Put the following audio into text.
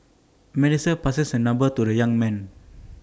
Melissa passes her number to the young man